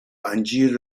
انجیر